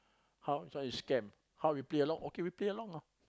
how this one is scam how we play along okay we play along lah